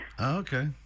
Okay